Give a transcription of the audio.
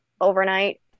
overnight